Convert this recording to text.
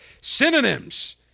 synonyms